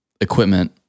equipment